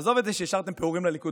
עזוב את זה שהשארתם פירורים לליכוד,